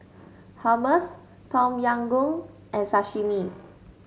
Hummus Tom Yam Goong and Sashimi